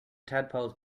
tadpoles